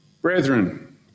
Brethren